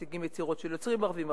מציגים יצירות של יוצרים ערבים,